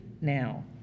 now